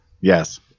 yes